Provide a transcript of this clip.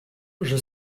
j’y